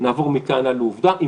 נעבור מכאן הלאה לעובדה.